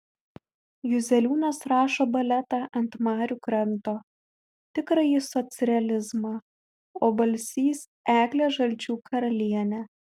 juzeliūnas rašo baletą ant marių kranto tikrąjį socrealizmą o balsys eglę žalčių karalienę